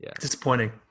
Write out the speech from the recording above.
Disappointing